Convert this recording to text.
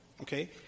Okay